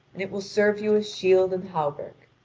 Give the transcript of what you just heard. and it will serve you as shield and hauberk.